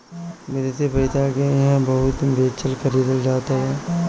विदेशी पईसा के इहां बहुते बेचल खरीदल जात हवे